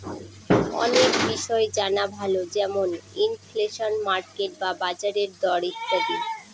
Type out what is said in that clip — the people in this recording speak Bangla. অনেক বিষয় জানা ভালো যেমন ইনফ্লেশন, মার্কেট বা বাজারের দর ইত্যাদি